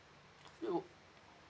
oo